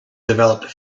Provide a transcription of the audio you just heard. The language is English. developed